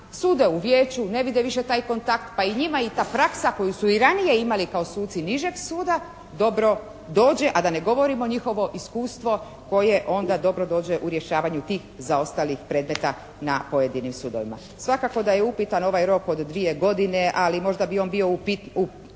sude u vijeću, ne vide više taj kontakt pa i njima i ta praksa koju su i ranije imali kao suci nižeg suda dobro dođe, a da ne govorimo njihovo iskustvo koje onda dobro dođe u rješavanju tih zaostalih predmeta na pojedinim sudovima. Svakako da je upitan ovaj rok od dvije godine. Ali možda bi on bio